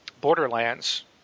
Borderlands